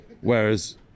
Whereas